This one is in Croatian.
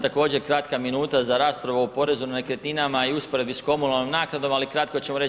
Također kratka minuta za raspravu o porezu na nekretninama i usporedbi s komunalnom naknadom, ali kratko ću reći.